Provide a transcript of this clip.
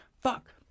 Fuck